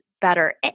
better